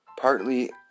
Partly